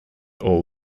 all